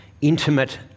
intimate